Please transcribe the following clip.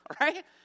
right